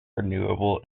renewable